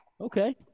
Okay